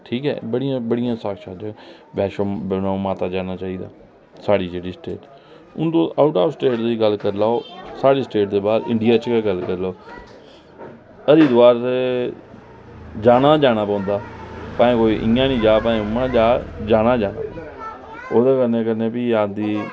ठीक ऐ बड़ियां बड़ियां साक्षात न वैष्णो माता जाना चाहिदा साढ़ी जेह्ड़ी स्टेट हून तुस आऊट ऑफ स्टेट गल्ल करी लैओ साढ़े स्टेट दे बाद तुस इंडिया दी गै गल्ल करी लैओ हरिद्वार जाना गै जाना पौंदा भाऐं कोई इंया निं जा उंआ जा जाना गै जाना ओह्दे कन्नै भी आप दी